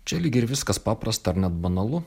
čia lyg ir viskas paprasta ar net banalu